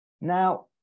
Now